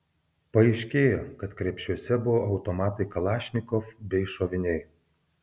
paaiškėjo kad krepšiuose buvo automatai kalašnikov bei šoviniai